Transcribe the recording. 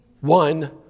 one